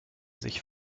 sich